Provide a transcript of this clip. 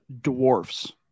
dwarfs